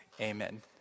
Amen